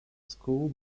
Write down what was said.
school